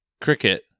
cricket